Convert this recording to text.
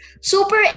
Super